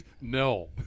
No